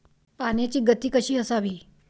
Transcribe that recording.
पाण्याची गती कशी असावी?